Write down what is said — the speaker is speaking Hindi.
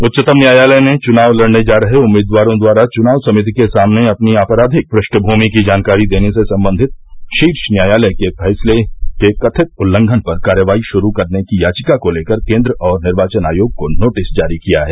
उच्चतम न्यायालय ने चुनाव लड़ने जा रहे उम्मीदवारों द्वारा चुनाव समिति के सामने अपनी आपराधिक पृष्ठभूमि की जानकारी देने से संबंधित शीर्ष न्यायालय के फैसले के कथित उल्लंघन पर कार्रवाई शुरू करने की याचिका को लेकर केन्द्र और निर्वोचन आयोग को नोटिस जारी किया है